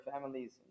families